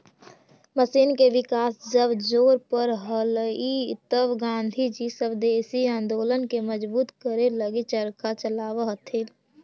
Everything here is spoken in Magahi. मशीन के विकास जब जोर पर हलई तब गाँधीजी स्वदेशी आंदोलन के मजबूत करे लगी चरखा चलावऽ हलथिन